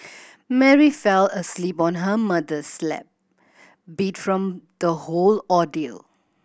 Mary fell asleep on her mother's lap beat from the whole ordeal